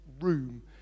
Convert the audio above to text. room